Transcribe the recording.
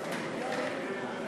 התשע"ג 2013,